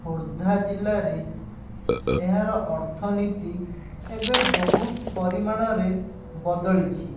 ଖୋର୍ଦ୍ଧା ଜିଲ୍ଲାରେ ଏହାର ଅର୍ଥନୀତି ଏବେ ବହୁତ ପରିମାଣରେ ବଦଳିଛି